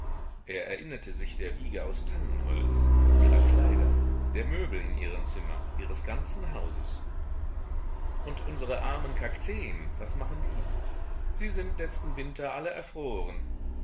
er erinnerte sich der wiege aus tannenholz ihrer kleider der möbel in ihrem zimmer ihres ganzen hauses und unsere armen kakteen was machen die sie sind letzten winter alle erfroren